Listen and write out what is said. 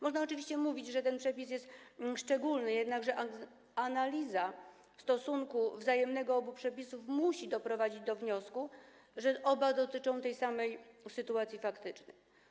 Można oczywiście mówić, że ten przepis jest szczególny, jednakże analiza stosunku wzajemnego obu przepisów musi doprowadzić do wniosku, że oba dotyczą tej samej sytuacji faktycznej.